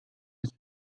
bis